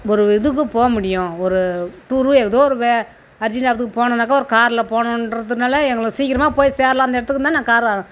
ஒரு இதுக்கு போக முடியும் ஒரு டூரு ஏதோ ஒரு வே அர்ஜெண்டாவது போகணுன்னாக்கா ஒரு காரில் போகணுன்றதுனால எங்களை சீக்கிரமாக போய் சேரலாம் அந்த இடத்துக்கு தான் நான் கார்